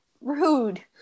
rude